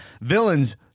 villains